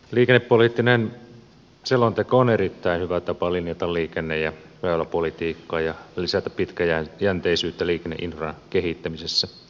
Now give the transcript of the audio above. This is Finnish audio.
liikennepoliittinen selonteko on erittäin hyvä tapa linjata liikenne ja väyläpolitiikkaa ja lisätä pitkäjänteisyyttä liikenneinfran kehittämisessä